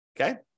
okay